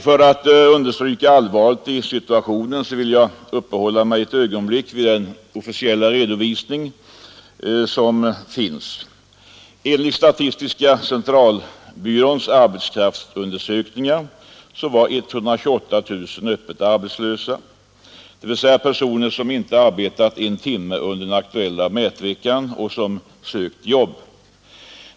För att understryka allvaret i situationen vill jag uppehålla mig ett ögonblick vid den officiella redovisning som finns. Enligt statistiska centralbyråns arbetskraftsundersökningar fanns det 128 000 öppet arbetslösa, dvs. personer som inte arbetat en timme under den aktuella mätveckan och som sökte jobb.